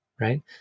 right